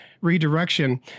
redirection